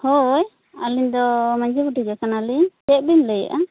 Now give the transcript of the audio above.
ᱦᱳᱭ ᱟᱹᱞᱤᱧ ᱫᱚ ᱢᱟᱹᱡᱷᱤ ᱵᱩᱰᱷᱤ ᱜᱮ ᱠᱟᱱᱟᱞᱤᱧ ᱪᱮᱫ ᱵᱤᱱ ᱞᱟᱹᱭ ᱮᱫᱟ